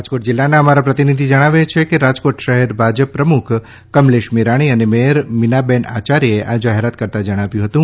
રાજકોટ જિલ્લાના અમારા પ્રતિનિધિ જણાવે છેકે રાજકોટ શહેર ભાજપ પ્રમ્ખ કમલેશ મીરાણી અને મેથર બીનાબેન આચાર્યે આ જાહેરાત કરતાં જણાવ્યું હતું